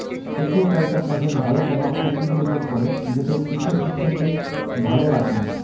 aquaculture চাষের ভাল প্রভাব প্রকৃতির উপর পড়ে যেটো ইকোসিস্টেমকে ভালো রাখঙ